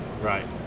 Right